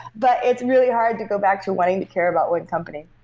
but it's really hard to go back to wanting to care about one company